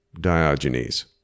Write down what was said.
Diogenes